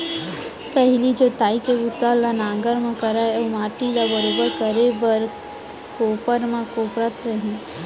पहिली जोतई के बूता ल नांगर म करय अउ माटी ल बरोबर करे बर कोपर म कोपरत रहिन